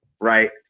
right